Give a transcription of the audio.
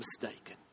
mistaken